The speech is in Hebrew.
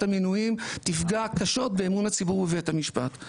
המינויים תפגע קשות באמון הציבור בבית המשפט.